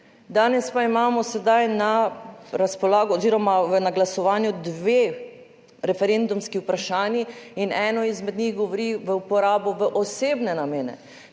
danes pa imamo sedaj na razpolago oziroma na glasovanju dve referendumski vprašanji in eno izmed njih govori v uporabo v osebne namene.